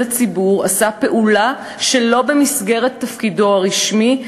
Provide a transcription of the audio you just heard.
הציבור עשה פעולה שלא במסגרת תפקידו הרשמי,